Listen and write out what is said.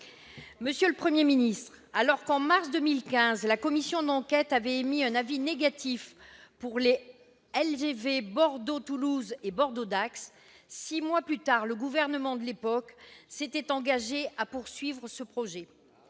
Monsieur le Premier ministre, alors qu'en mars 2015 la commission d'enquête avait émis un avis négatif pour les LGV Bordeaux-Toulouse et Bordeaux-Dax, six mois plus tard, le Gouvernement de l'époque s'était engagé à poursuivre ces projets.